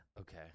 Okay